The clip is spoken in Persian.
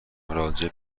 راجع